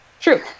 True